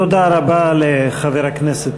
תודה רבה לחבר הכנסת